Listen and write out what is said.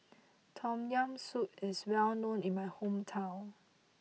Tom Yam Soup is well known in my hometown